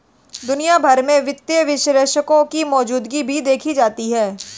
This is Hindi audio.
दुनिया भर में वित्तीय विश्लेषकों की मौजूदगी भी देखी जाती है